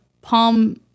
Palm